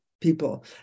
people